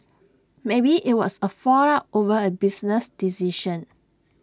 maybe IT was A fallout over A business decision